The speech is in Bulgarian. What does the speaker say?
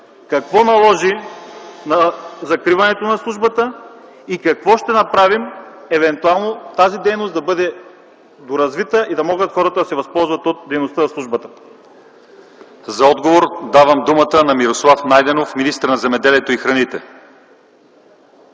Какво наложи закриването на службата и какво ще направим евентуално тази дейност да бъде доразвита и да могат хората да се възползват от дейността на службата? ПРЕДСЕДАТЕЛ ЛЪЧЕЗАР ИВАНОВ: За отговор давам думата на Мирослав Найденов – министър на земеделието и храните.